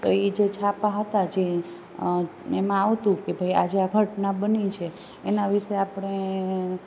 તો ઈ જે છાપા હતા કે એમાં આવતું કે આજે આ ઘટના બની છે એના વિશે આપણે